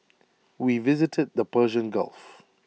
we visited the Persian gulf